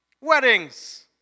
weddings